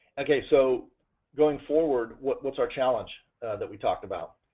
okay, so going forward what's what's our challenge that we talked about?